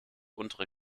untere